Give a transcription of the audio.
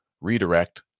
redirect